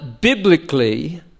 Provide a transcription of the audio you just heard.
biblically